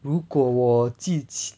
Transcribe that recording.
如果我记起